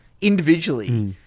individually